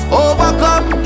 overcome